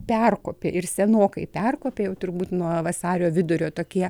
perkopė ir senokai perkopė jau turbūt nuo vasario vidurio tokie